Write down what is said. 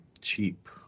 cheap